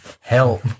help